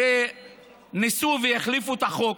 הרי ניסו והחליפו את החוק,